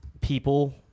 people